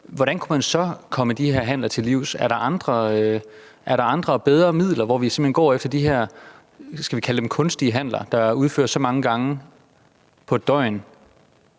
hvordan kunne man så komme de her handler til livs? Er der andre og bedre midler, hvormed vi simpelt hen kan gå efter de her, skal vi kalde dem kunstige handler, der udføres så mange gange på et døgn?